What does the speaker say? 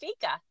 fika